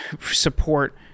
support